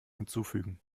hinzufügen